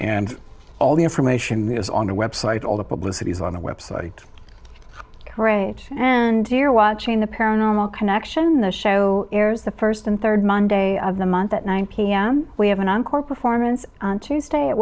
and all the information is on the website all the publicity is on the website right and you're watching the paranormal connection the show airs the first and third monday of the month at nine pm we have an encore performance on tuesday at